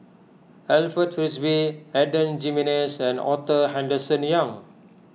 Alfred Frisby Adan Jimenez and Arthur Henderson Young